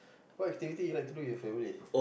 what activity do you like to do with your family